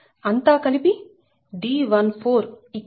అంతా కలిపి D14 4r